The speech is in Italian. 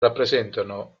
rappresentano